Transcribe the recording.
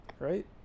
right